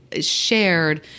shared